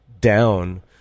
Down